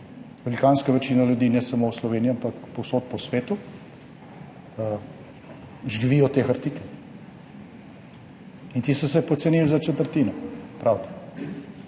Velikanska večina ljudi ne samo v Sloveniji, ampak povsod po svetu živijo od teh artiklov. In ti so se pocenili za četrtino, pravite.